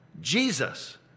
Jesus